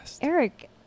Eric